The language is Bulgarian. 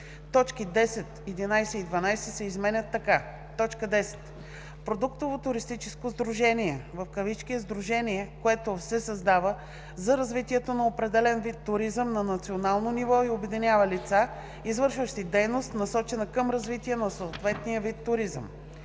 Точки 10, 11 и 12 се изменят така: „10. „Продуктово туристическо сдружение“ е сдружение, което се създава за развитието на определен вид туризъм на национално ниво и обединява лица, извършващи дейност, насочена към развитие на съответния вид туризъм.